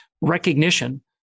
Recognition